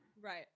right